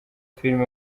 filime